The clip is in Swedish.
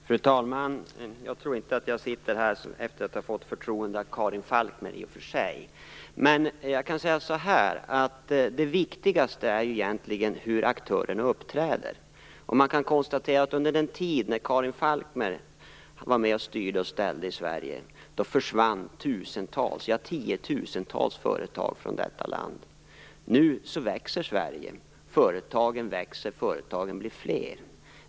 Fru talman! Jag tror i och för sig inte att jag sitter här efter att ha fått förtroende av Karin Falkmer. Jag tror att det viktigaste egentligen är hur aktörerna uppträder. Man kan konstatera att under den tid när Karin Falkmer var med och styrde och ställde i Sverige, försvann tiotusentals företag från detta land. Nu växer Sverige. Företagen växer och blir fler.